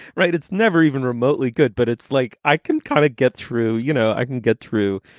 right? it's never even remotely good. but it's like i can kind of get through. you know, i can get through,